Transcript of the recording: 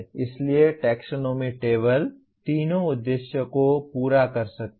इसलिए taxonomy table तीनों उद्देश्यों को पूरा कर सकती है